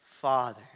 Father